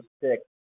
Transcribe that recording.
six